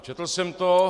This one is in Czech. Četl jsem to.